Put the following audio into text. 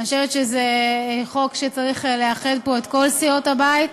אני חושבת שזה חוק שצריך לאחד פה את כל סיעות הבית.